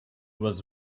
was